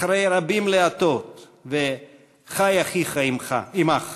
אחרי רבים להטות, וחי אחיך עמך,